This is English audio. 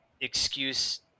excuse